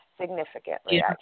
significantly